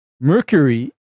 mercury